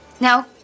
No